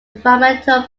environmental